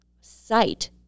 sight